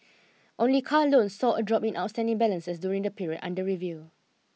only car loans saw a drop in outstanding balances during the period under review